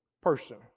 person